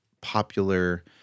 popular